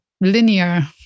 linear